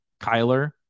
Kyler